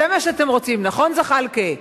זה מה שאתם רוצים, נכון, זחאלקה?